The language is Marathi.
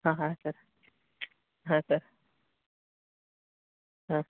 हां हां सर हां सर हां